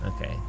Okay